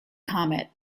comet